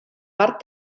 part